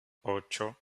ocho